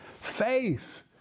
faith